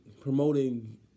promoting